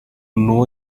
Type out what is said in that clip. know